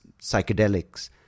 psychedelics